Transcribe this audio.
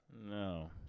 No